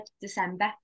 December